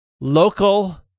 local